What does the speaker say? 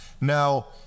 Now